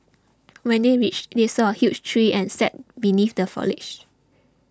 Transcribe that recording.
when they reached they saw a huge tree and sat beneath the foliage